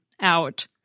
out